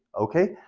Okay